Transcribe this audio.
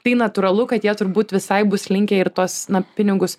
tai natūralu kad jie turbūt visai bus linkę ir tuos pinigus